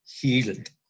healed